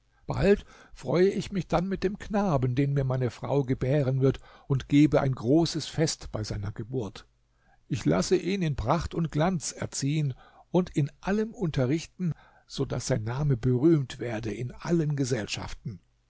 bald freue ich mich dann mit dem knaben den mir meine frau gebären wird und gebe ein großes fest bei seiner geburt ich lasse ihn in pracht und glanz erziehen und in allem unterrichten so daß sein name berühmt werde in allen gesellschaften